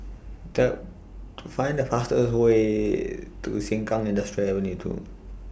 The Find The fastest Way to Sengkang Industrial Ave two